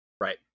Right